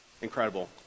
incredible